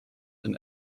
and